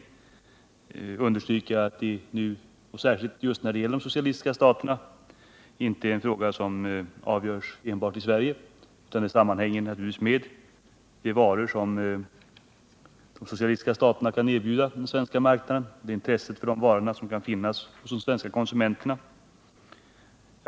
Jag vill emellertid understryka att handeln särskilt när det gäller de socialistiska länderna inte är en fråga som avgörs enbart i Sverige, utan den sammanhänger naturligtvis med vilka varor som de socialistiska staterna kan erbjuda den svenska marknaden och vilket intresse det kan finnas för de varorna hos de svenska konsumenterna.